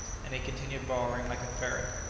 and he continued burrowing like a ferret.